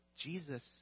Jesus